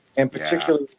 and particularly,